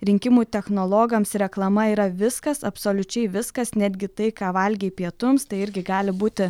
rinkimų technologams reklama yra viskas absoliučiai viskas netgi tai ką valgei pietums tai irgi gali būti